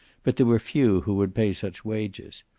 but there were few who would pay such wages.